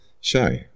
show